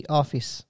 office